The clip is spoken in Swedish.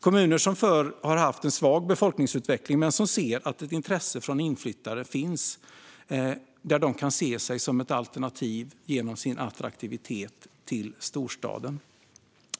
Kommuner som förut har haft en svag befolkningsutveckling, men som ser att ett intresse från inflyttare finns, kan se sig som attraktiva alternativ till storstaden.